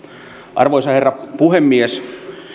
arvoisa herra puhemies